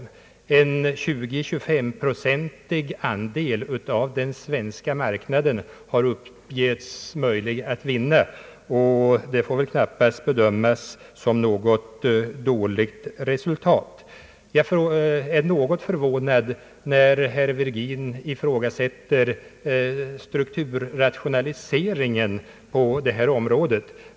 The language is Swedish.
En andel av den svenska marknaden på 20—23 procent har angivits möjlig att vinna, och det får väl knappast bedömas som ett dåligt resultat. Jag är något förvånad när herr Virgin ifrågasätter strukturrationaliseringen på detta område.